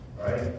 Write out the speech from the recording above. Right